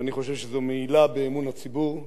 ואני חושב שזו מעילה באמון הציבור,